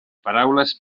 paraules